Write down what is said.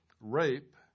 rape